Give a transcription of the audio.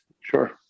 sure